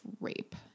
rape